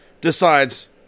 decides